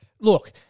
Look